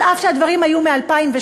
על אף שהדברים היו מ-2012,